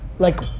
like,